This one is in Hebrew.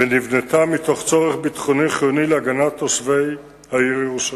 כאשר מחוץ לגדר נותרים שטחים רבים בבעלות יהודית פרטית,